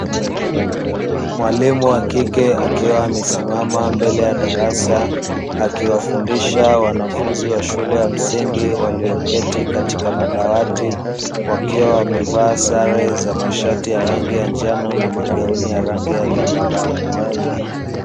Mwalimu wa kike akiwa amesimama mbele ya darasa, akiwafundisha wanafunzi wa shule ya msingi walioketi katika madawati wakiwa wamevaa sare za masharti ya rangi ya njano na magauni ya rangi ya zambarau.